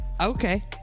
Okay